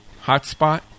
hotspot